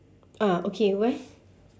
ah okay where